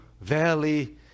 valley